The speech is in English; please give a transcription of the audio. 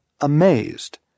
amazed